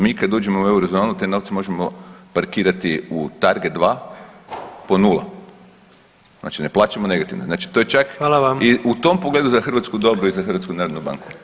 Mi kad uđemo u Eurozonu, te novce možemo parkirati u Target 2 po 0. Znači ne plaćamo negativne, znači to je čak [[Upadica: Hvala vam.]] i u tom pogledu za Hrvatsku dobro i za HNB.